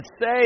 say